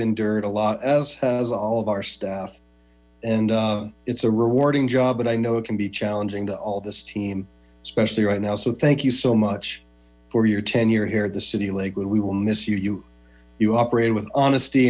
endured a lot as has all of our staff and it's a rewarding job but i know it can be challenging to all this team especially right now so thank you so much for your tenure here at the city lakewood we will miss you you you operate with honesty